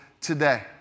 today